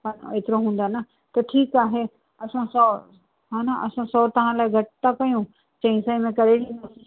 हा एतिरा हूंदा न त ठीककु आहे असां सौ हान तव्हां लाइ घटि था कयूं चईं सै में करे ॾींदासीं